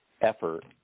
effort